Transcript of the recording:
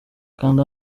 kanda